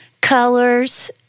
colors